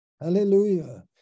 Hallelujah